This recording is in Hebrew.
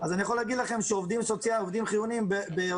אז אני יכול להגיד לכם שעובדים חיוניים באותם